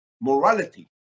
morality